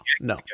no